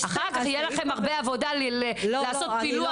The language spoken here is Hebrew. אחר כך יהיה לכם הרבה עבודה לעשות פילוח.